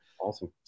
Awesome